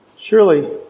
Surely